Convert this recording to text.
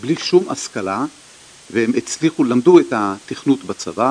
בואו נסתכל לאורך זמן.